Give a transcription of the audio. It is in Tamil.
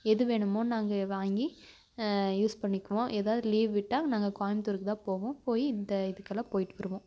எது வேணுமோ நாங்கள் வாங்கி யூஸ் பண்ணிக்குவோம் எதாவது லீவ்விட்டால் நாங்கள் கோயமுத்தூருக்குதான் போவோம் போய் இந்த இதுக்கலாம் போய்ட்டு வருவோம்